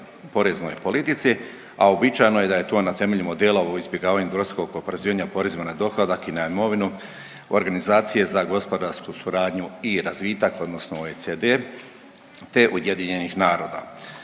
poreznoj politici, a uobičajeno je da je to na temelju modela o izbjegavanju dvostrukog oporezivanja porezima na dohodak i na imovinu Organizacije za gospodarsku suradnju i razvitak odnosno OECD, te UN-a.